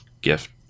gift